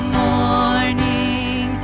morning